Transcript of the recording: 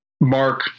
Mark